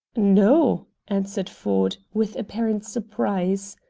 no, answered ford, with apparent surprise.